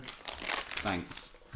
thanks